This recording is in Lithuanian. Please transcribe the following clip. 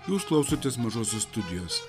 jūs klausotės mažosios studijos